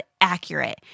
accurate